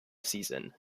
season